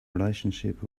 relationship